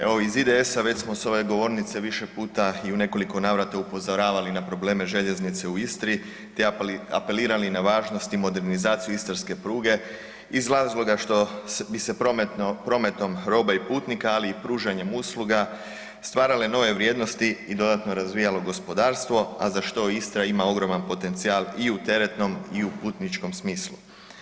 Evo iz IDS-a već smo s ove govornice više puta i u nekoliko navrata upozoravali na probleme željeznice u Istri te apelirali na važnost i modernizaciju istarske pruge iz razloga što bi se prometom roba i putnika, ali i pružanjem usluga stvarale nove vrijednosti i dodatno razvijalo gospodarstvo, a za što Istra ima ogroman potencijal i u teretnom i u putničkom smislu.